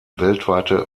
weltweite